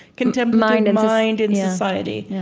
contemplative mind and mind and society.